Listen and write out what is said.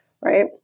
right